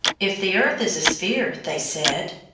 if the earth is a sphere, they said,